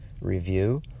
review